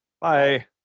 Bye